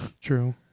true